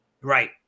Right